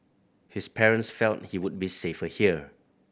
his parents felt he would be safer here